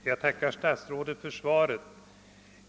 Herr talman! Jag tackar statsrådet för svaret.